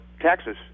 taxes